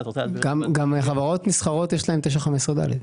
גם לחברות נסחרות יש 9(15)(ד).